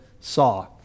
saw